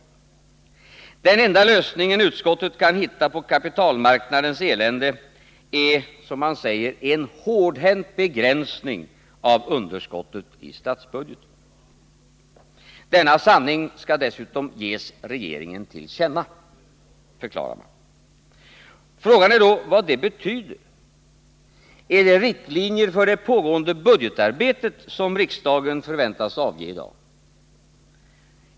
Den enda lösning utskottet kan hitta på kapitalmarknadens elände är ”en hårdhänt begränsning” av underskottet i statsbudgeten. Denna sanning skall ges regeringen till känna, förklarar man. Frågan är vad detta betyder. Är det riktlinjer för det pågående budgetarbetet som riksdagen förväntas avge i dag?